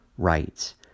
Rights